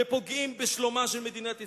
ופוגעים בשלומה של מדינת ישראל.